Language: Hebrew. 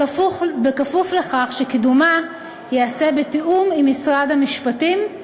בכפוף לכך שקידומה ייעשה בתיאום עם משרד המשפטים,